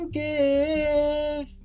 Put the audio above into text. give